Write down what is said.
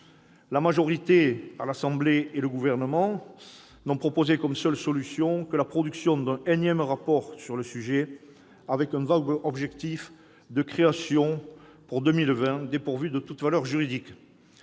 La majorité à l'Assemblée nationale et le Gouvernement n'ont proposé, comme seule solution, que la production d'un énième rapport sur le sujet, avec un vague objectif de création d'un tel fonds à l'horizon 2020, dépourvu de toute valeur juridique.